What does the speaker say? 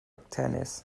tennis